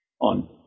on